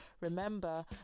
remember